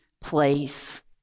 place